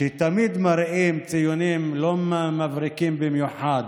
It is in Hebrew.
שתמיד מראים ציונים לא מבריקים במיוחד